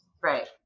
Right